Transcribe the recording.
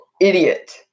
idiot